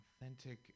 authentic